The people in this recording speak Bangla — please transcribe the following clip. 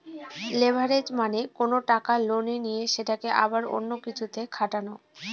লেভারেজ মানে কোনো টাকা লোনে নিয়ে সেটাকে আবার অন্য কিছুতে খাটানো